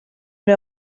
der